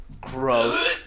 Gross